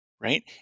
right